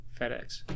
FedEx